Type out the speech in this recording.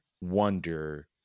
wonder